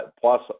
plus